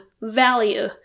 value